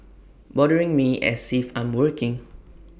bothering me as if I'm working